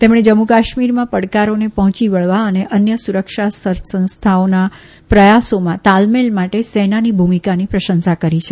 તેમણે જમ્મુ કાશ્મીરમાં પડકારોને પહોંચી વળવા અને અન્ય સુરક્ષા સંસ્થાઓના પ્રથાસોમાં તાલમેલ માટે સેનાની ભૂમિકાનીપ્રશંસા કરી છે